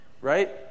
right